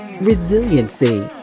resiliency